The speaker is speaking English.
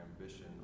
ambition